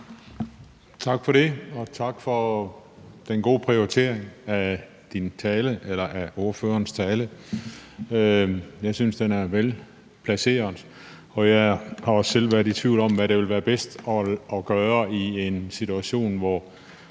Tak for det, og tak for den gode prioritering i ordførerens tale. Jeg synes, at den er velplaceret, og jeg har også selv været i tvivl om, hvad der ville være bedst at gøre i en situation, hvor